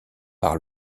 par